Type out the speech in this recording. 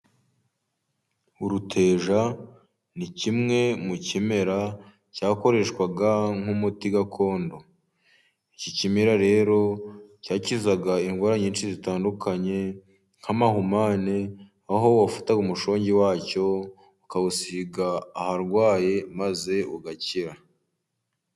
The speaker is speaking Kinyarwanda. Uruteja ni kimwe mu bimera byakoreshwaga nk'umuti gakondo. Iki kimera rero cyakizaga ingorane nyinshi zitandukanye nk'amahumane aho wafataga umushongi wacyo ukawusiga aharwaye maze ugakira.